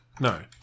No